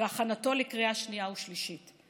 והכנתו לקריאה שנייה ושלישית,